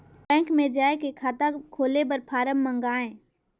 Bank मे जाय के खाता खोले बर फारम मंगाय?